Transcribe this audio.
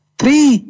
three